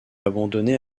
abandonné